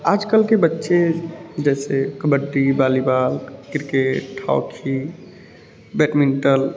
आजकल के बच्चे जैसे kabaddi volleyball cricket hockey badminton